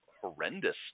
horrendous